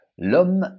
L'homme